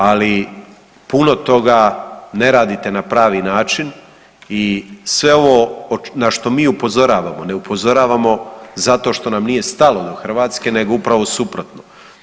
Ali puno toga ne radite na pravi način i sve ovo na što mi upozoravamo, ne upozoravamo zato što nam nije stalo do Hrvatske nego upravo suprotno.